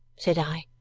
said i.